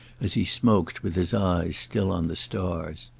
as he smoked, with his eyes still on the stars.